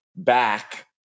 back